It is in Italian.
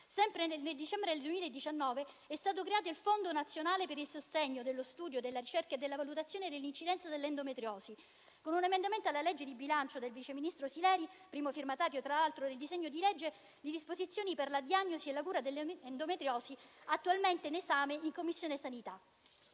Sempre nel dicembre 2019 è stato creato il Fondo nazionale per il sostegno dello studio, della ricerca e della valutazione dell'incidenza della endometriosi, con un emendamento alla legge di bilancio del sottosegretario Sileri, primo firmatario tra l'altro del disegno di legge recante disposizioni per la diagnosi e la cura dell'endometriosi, attualmente all'esame in 12a Commissione.